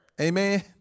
Amen